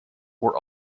were